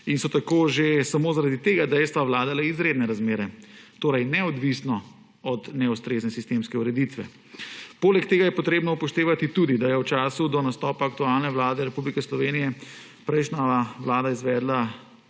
in so tako že samo zaradi tega dejstva vladale izredne razmere, torej neodvisno od neustrezne sistemske ureditve. Poleg tega je treba tudi upoštevati, da je v času do nastopa aktualne vlade Republike Slovenije prejšnja vlada izvedla